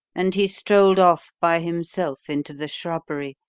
and he strolled off by himself into the shrubbery,